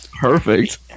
Perfect